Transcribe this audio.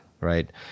right